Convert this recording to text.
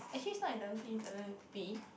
actually it's not eleven C it's eleven B